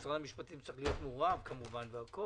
משרד המשפטים כמובן צריך להיות כמובן מעורב.